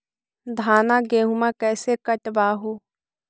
धाना, गेहुमा कैसे कटबा हू?